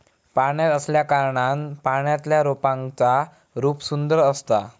पाण्यात असल्याकारणान पाण्यातल्या रोपांचा रूप सुंदर असता